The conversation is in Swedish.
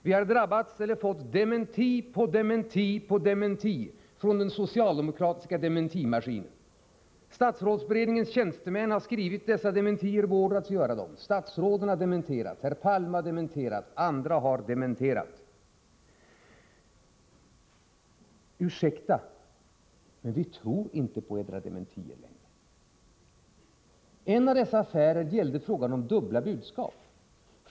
Vi har fått dementi på dementi på dementi från den socialdemokratiska dementimaskinen. Statsrådsberedningens tjänstemän har fått order att skriva dessa dementier, statsråden har dementerat, herr Palme har dementerat och andra har dementerat. Ursäkta, men vi tror inte på era dementier längre. En av dessa affärer gällde frågan om dubbla budskap.